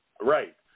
Right